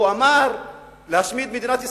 הוא אמר להשמיד את מדינת ישראל,